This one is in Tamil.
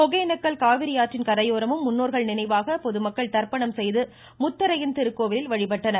ஒகேனக்கல் காவிரி ஆற்றின் கரையோரமும் முன்னோர்கள் நினைவாக பொதுமக்கள் தர்ப்பணம் செய்து முத்தரையன் திருக்கோவிலில் வழிபட்டனர்